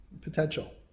potential